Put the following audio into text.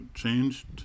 changed